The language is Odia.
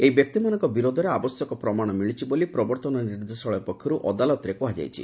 ଏହି ବ୍ୟକ୍ତିମାନଙ୍କ ବିରୋଧରେ ଆବଶ୍ୟକ ପ୍ରମାଣ ମିଳିଛି ବୋଲି ପ୍ରବର୍ତ୍ତନ ନିର୍ଦ୍ଦେଶାଳୟ ପକ୍ଷରୁ ଅଦାଲତରେ କୁହାଯାଇଛି